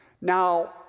Now